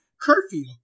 curfew